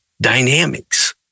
dynamics